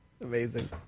amazing